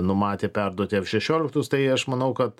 numatė perduoti f šešioliktus tai aš manau kad